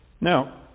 Now